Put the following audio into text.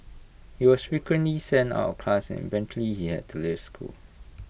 he was frequently sent out of class and eventually he had to leave school